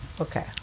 Okay